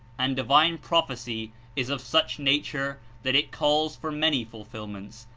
and divine prophecy is of such nature that it calls for many fulfilments,